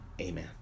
Amen